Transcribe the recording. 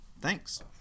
Thanks